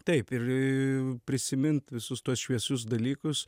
taip ir prisimint visus tuos šviesius dalykus